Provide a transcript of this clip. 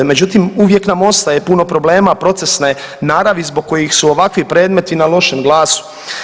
Međutim uvijek nam ostaje puno problema procesne naravi zbog kojih su ovakvi predmeti na lošem glasu.